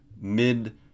mid